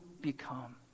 become